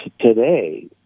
today